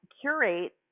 curate